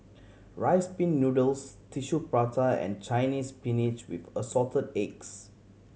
Rice Pin Noodles Tissue Prata and Chinese Spinach with Assorted Eggs